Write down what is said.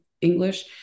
english